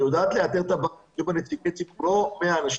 שיודעת לאתר את --- לא 100 אנשים,